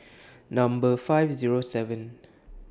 Number five Zero seven